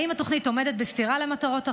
האם התוכנית עומדת בסתירה למטרות החוק,